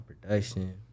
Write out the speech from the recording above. production